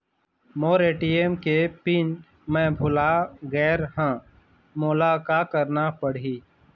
मोर ATM के PIN मैं भुला गैर ह, मोला का करना पढ़ही?